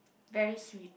very sweet